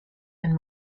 and